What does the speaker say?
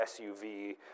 SUV